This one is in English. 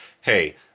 hey